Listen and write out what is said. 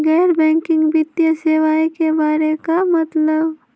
गैर बैंकिंग वित्तीय सेवाए के बारे का मतलब?